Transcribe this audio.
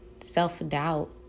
self-doubt